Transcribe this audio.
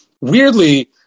weirdly